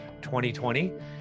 2020